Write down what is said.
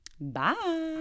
Bye